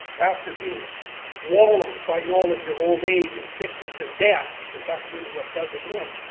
after being walloped by knowledge of old age and sickness and death, because that's really what does him in,